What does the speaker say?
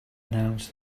announce